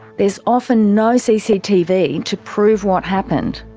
there is often no cctv to prove what happened.